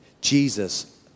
Jesus